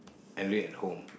and read at home